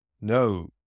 No